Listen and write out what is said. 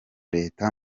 leta